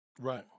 Right